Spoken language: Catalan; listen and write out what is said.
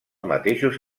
mateixos